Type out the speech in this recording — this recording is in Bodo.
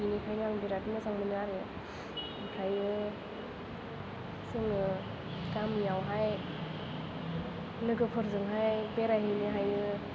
बिनिखयनो आं बिराद मोजां मोनो आरो ओमफ्राय जों गामियावहाय लोगोफोरजोंहाय बेरायहैनो हायो